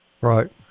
Right